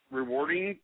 rewarding